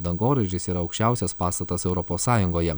dangoraižis yra aukščiausias pastatas europos sąjungoje